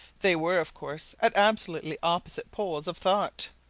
they were, of course, at absolutely opposite poles of thought.